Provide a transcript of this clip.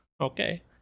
Okay